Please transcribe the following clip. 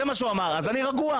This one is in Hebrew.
זה מה שהוא אמר אז אני רגוע.